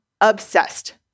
obsessed